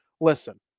Listen